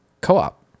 co-op